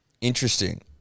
Interesting